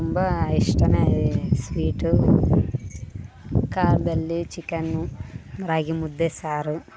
ತುಂಬ ಇಷ್ಟ ಸ್ವೀಟ್ ಕಾರ್ದಲ್ಲಿ ಚಿಕನ್ನು ರಾಗಿ ಮುದ್ದೆ ಸಾರು